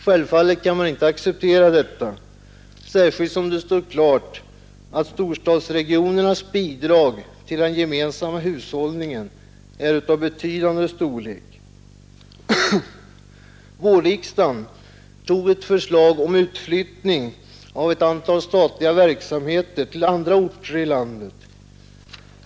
Självfallet kan detta inte accepteras, särskilt som det står klart att storstadsregionernas bidrag till den gemensamma hushållningen är av betydande storlek. Vårriksdagen biföll ett förslag om utflyttning av ett antal statliga verksamheter till andra orter i landet.